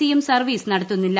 C യും service നടത്തുന്നില്ല